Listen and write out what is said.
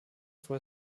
for